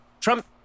Trump